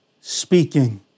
speaking